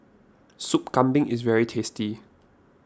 Sop Kambing is very tasty